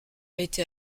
été